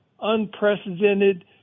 unprecedented